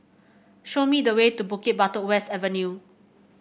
show me the way to Bukit Batok West Avenue